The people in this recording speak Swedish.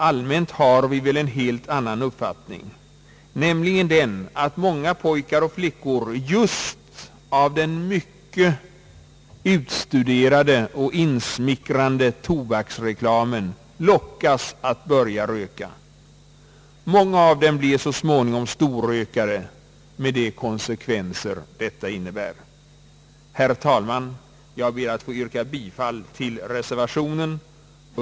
Allmänt har vi väl en helt annan uppfattning, nämligen den att många pojkar och flickor just av den mycket utstuderade och insmickrande tobaksreklamen lockas att börja röka. Många av dem blir så småningom storrökare med de konsekvenser som detta innebär. Herr talman! Jag ber att få yrka bifall till reservation I.